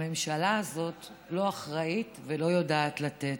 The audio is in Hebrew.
הממשלה הזאת לא אחראית ולא יודעת לתת.